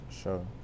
sure